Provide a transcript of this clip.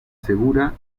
segura